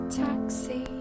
taxi